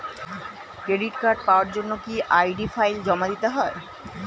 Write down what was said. Credit card পাওয়ার জন্য কি আই.ডি ফাইল জমা দিতে হবে?